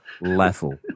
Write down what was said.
level